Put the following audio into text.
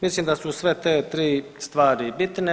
Mislim da su sve te tri stvari bitne.